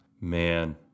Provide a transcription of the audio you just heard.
Man